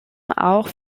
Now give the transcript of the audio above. auch